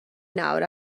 nawr